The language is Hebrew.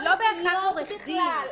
לא בהכרח עורך דין.